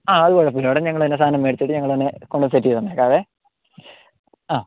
ആ അത് കുഴപ്പം ഇല്ല മാഡം ഞങ്ങൾ തന്നെ സാധനം മേടിച്ചിട്ട് ഞങ്ങൾ തന്നെ കൊണ്ട് സെറ്റ് തന്നേക്കാം ആ